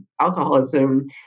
alcoholism